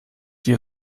dir